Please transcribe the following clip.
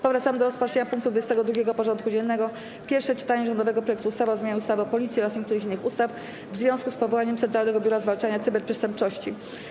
Powracamy do rozpatrzenia punktu 22. porządku dziennego: Pierwsze czytanie rządowego projektu ustawy o zmianie ustawy o Policji oraz niektórych innych ustaw w związku z powołaniem Centralnego Biura Zwalczania Cyberprzestępczości.